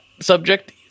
subject